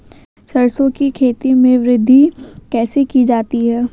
सरसो की खेती में वृद्धि कैसे की जाती है?